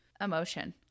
emotion